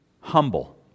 humble